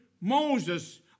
Moses